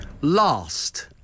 Last